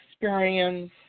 experience